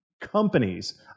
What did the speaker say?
companies